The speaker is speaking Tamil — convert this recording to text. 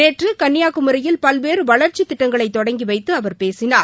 நேற்று கன்னியாகுமரியில் பல்வேறு வளா்ச்சித் திட்டங்களை தொடங்கி வைத்து அவர் பேசினார்